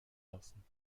lassen